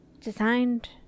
designed